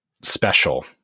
special